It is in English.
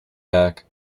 back